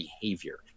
behavior